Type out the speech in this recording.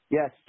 Yes